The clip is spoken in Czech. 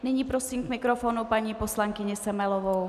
Nyní prosím k mikrofonu paní poslankyni Semelovou.